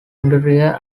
interior